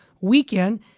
weekend